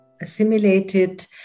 assimilated